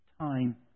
time